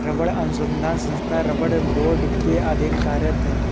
रबड़ अनुसंधान संस्थान रबड़ बोर्ड के अधीन कार्यरत है